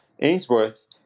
Ainsworth